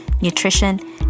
nutrition